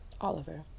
Oliver